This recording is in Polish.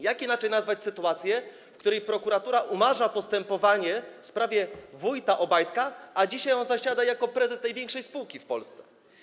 Jak inaczej nazwać sytuację, w której prokuratura umarza postępowanie w sprawie wójta Obajtka, który dzisiaj zasiada jako prezes największej spółki w Polsce?